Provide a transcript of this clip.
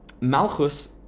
Malchus